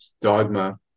dogma